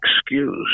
excuse